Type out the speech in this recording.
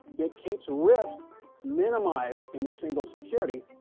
it keeps risk minimized in a single security.